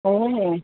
ઓહો